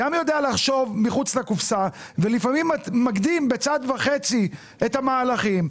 גם יודע לחשוב מחוץ לקופסה ולפעמים מקדים בצעד וחצי את המהלכים.